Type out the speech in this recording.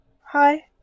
Hi